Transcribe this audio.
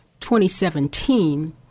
2017